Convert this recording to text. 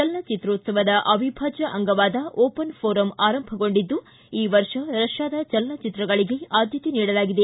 ಚಲನಚಿತ್ರೋತ್ಸವದ ಅವಿಭಾದ್ಯ ಅಂಗವಾದ open forum ಆರಂಭಗೊಂಡಿದ್ದು ಈ ವರ್ಷ ರಷ್ಯಾದ ಚಲನಚಿತ್ರಗಳಿಗೆ ಆದ್ದತೆ ನೀಡಲಾಗಿದೆ